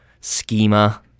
schema